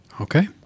Okay